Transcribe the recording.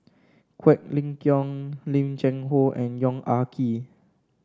Quek Ling Kiong Lim Cheng Hoe and Yong Ah Kee